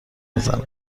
میزنم